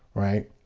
right?